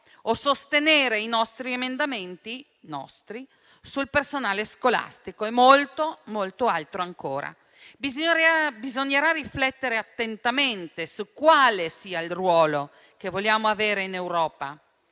o sostenere i nostri emendamenti (nostri) sul personale scolastico; e molto, molto altro ancora. Bisognerà riflettere attentamente su quale sia il ruolo che vogliamo avere in Europa.